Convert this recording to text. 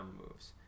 moves